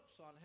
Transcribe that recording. on